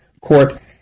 court